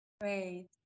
Great